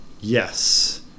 yes